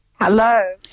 Hello